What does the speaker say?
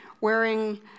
wearing